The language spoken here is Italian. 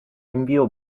inviò